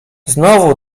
znowu